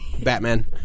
Batman